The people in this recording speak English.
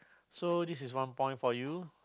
so this is one point for you